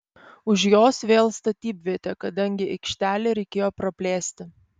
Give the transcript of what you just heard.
už jos vėl statybvietė kadangi aikštelę reikėjo praplėsti